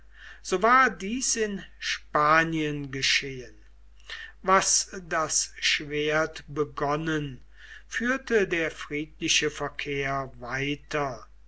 so war dies in spanien geschehen was das schwert begonnen führte der friedliche verkehr weiter